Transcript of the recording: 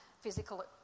physical